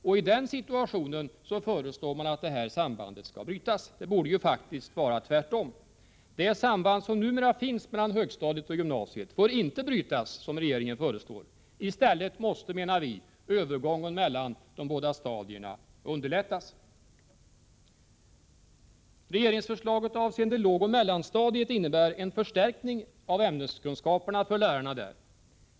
I den situationen föreslår man att det nämnda sambandet skall brytas. Det borde faktiskt vara tvärtom. Det samband som numera finns mellan högstadiet och gymansiet får inte brytas, som regeringen föreslår. I stället måste enligt vår mening övergången mellan de båda stadierna underlättas. Regeringsförslaget avseende lågoch mellanstadiet innebär en förstärkning av ämneskunskaperna för lärarna där.